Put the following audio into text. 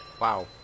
Wow